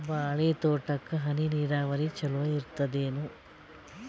ಬಾಳಿ ತೋಟಕ್ಕ ಹನಿ ನೀರಾವರಿ ಚಲೋ ಇರತದೇನು?